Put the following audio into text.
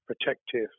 protective